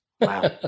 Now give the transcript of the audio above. Wow